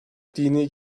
dini